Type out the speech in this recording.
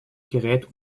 gerät